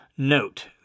note